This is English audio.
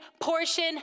portion